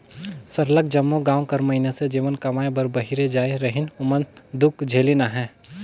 सरलग जम्मो गाँव कर मइनसे जेमन कमाए बर बाहिरे जाए रहिन ओमन दुख झेलिन अहें